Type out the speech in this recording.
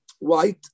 White